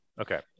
Okay